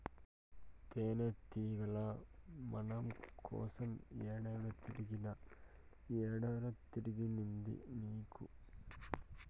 ఈ తేనెతీగల మైనం కోసం ఏడేడో తిరిగినా, ఏడ దొరికింది నీకు